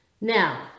Now